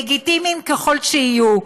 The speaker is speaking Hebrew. לגיטימיים ככל שיהיו,